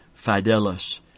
Fidelis